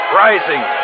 rising